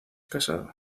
casado